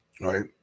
right